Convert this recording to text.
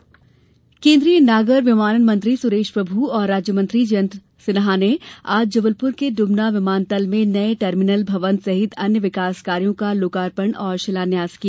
विमानतल विस्तार केंद्रीय नागर विमानन मंत्री सुरेश प्रभू और राज्यमंत्री जयंत सिन्हा ने आज जबलप्र के ड्रमना विमानतल में नए टर्मिनल भवन सहित अन्य विकास कार्यों का लोकार्पण और शिलान्यास किया